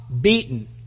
beaten